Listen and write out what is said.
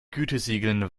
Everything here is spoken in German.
gütesiegeln